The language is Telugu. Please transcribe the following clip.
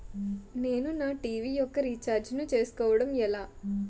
నేను నా టీ.వీ యెక్క రీఛార్జ్ ను చేసుకోవడం ఎలా?